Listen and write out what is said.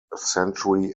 century